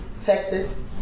Texas